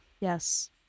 yes